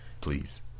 Please